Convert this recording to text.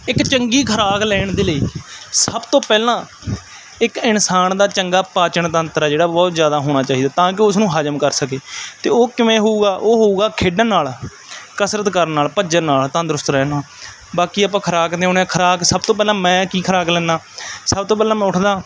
ਇੱਕ ਚੰਗੀ ਖੁਰਾਕ ਲੈਣ ਦੇ ਲਈ ਸਭ ਤੋਂ ਪਹਿਲਾਂ ਇੱਕ ਇਨਸਾਨ ਦਾ ਚੰਗਾ ਪਾਚਣ ਤੰਤਰ ਆ ਜਿਹੜਾ ਬਹੁਤ ਜ਼ਿਆਦਾ ਹੋਣਾ ਚਾਹੀਦਾ ਤਾਂ ਕਿ ਉਸਨੂੰ ਹਜ਼ਮ ਕਰ ਸਕੇ ਅਤੇ ਉਹ ਕਿਵੇਂ ਹੋਵੇਗਾ ਉਹ ਹੋਵੇਗਾ ਖੇਡਣ ਨਾਲ ਕਸਰਤ ਕਰਨ ਨਾਲ ਭੱਜਣ ਨਾਲ ਤੰਦਰੁਸਤ ਰਹਿਣ ਨਾਲ ਬਾਕੀ ਆਪਾਂ ਖੁਰਾਕ 'ਤੇ ਆਉਂਦੇ ਹਾਂ ਖੁਰਾਕ ਸਭ ਤੋਂ ਪਹਿਲਾਂ ਮੈਂ ਕੀ ਖੁਰਾਕ ਲੈਂਦਾ ਸਭ ਤੋਂ ਪਹਿਲਾਂ ਮੈਂ ਉੱਠਦਾ